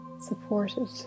supported